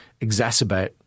exacerbate